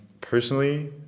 personally